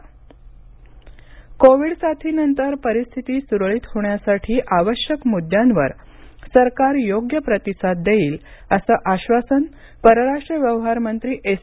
Jaishankar Covid साथीनंतर परिस्थिती सुरळीत होण्यासाठी आवश्यक मुद्द्यांवर सरकार योग्य प्रतिसाद देईल असं आश्वासन परराष्ट्र व्यवहार मंत्री एस